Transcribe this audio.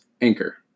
Anchor